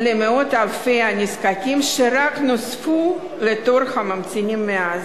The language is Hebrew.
למאות אלפי הנזקקים שרק נוספו לדור הממתינים מאז.